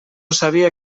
sabia